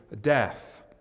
death